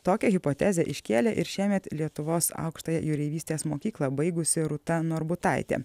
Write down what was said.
tokią hipotezę iškėlė ir šiemet lietuvos aukštąją jūreivystės mokyklą baigusi rūta norbutaitė